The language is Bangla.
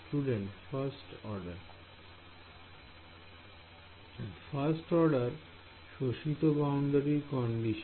Student first order first order সোসিত বাউন্ডারি কন্ডিশন